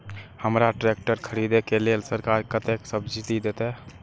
हमरा ट्रैक्टर खरदे के लेल सरकार कतेक सब्सीडी देते?